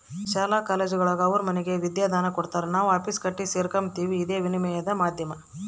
ಶಾಲಾ ಕಾಲೇಜುಗುಳಾಗ ಅವರು ನಮಗೆ ವಿದ್ಯಾದಾನ ಕೊಡತಾರ ನಾವು ಫೀಸ್ ಕಟ್ಟಿ ಸೇರಕಂಬ್ತೀವಿ ಇದೇ ವಿನಿಮಯದ ಮಾಧ್ಯಮ